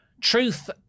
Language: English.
Truth